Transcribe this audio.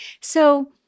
So-